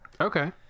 Okay